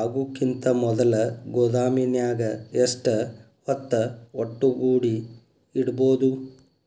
ಆಗುಕಿಂತ ಮೊದಲ ಗೋದಾಮಿನ್ಯಾಗ ಎಷ್ಟ ಹೊತ್ತ ಒಟ್ಟುಗೂಡಿ ಇಡ್ಬೋದು?